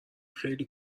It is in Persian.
خیلی